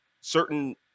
certain